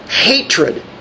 hatred